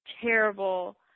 terrible